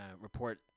report